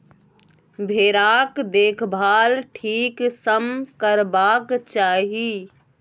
भेराक देखभाल ठीक सँ करबाक चाही